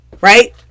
right